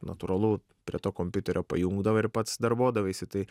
natūralu prie to kompiuterio pajungdavai ir pats darbuodavaisi tai